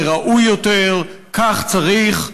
זה ראוי יותר, כך צריך.